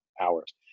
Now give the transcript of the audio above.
hours